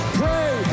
pray